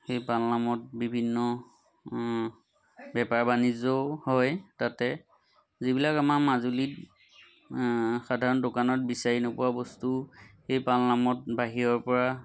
সেই পালনামত বিভিন্ন বেপাৰ বাণিজ্যও হয় তাতে যিবিলাক আমাৰ মাজুলীত সাধাৰণ দোকানত বিচাৰি নোপোৱা বস্তু সেই পালনামত বাহিৰৰপৰা